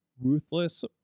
ruthless